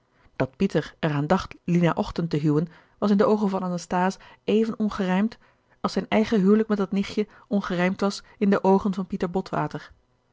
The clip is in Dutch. dat pieter er aan dacht lina ochten te huwen was in de oogen van anasthase even ongerijmd als zijn eigen huwelijk met dat nichtje ongerijmd was in de oogen van pieter botwater